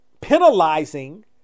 penalizing